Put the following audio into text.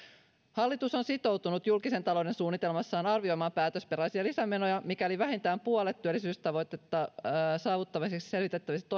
hallitus on sitoutunut julkisen talouden suunnitelmassaan arvioimaan päätösperäisiä lisämenoja mikäli vähintään puolet työllisyystavoitteen saavuttamiseksi selvitettävistä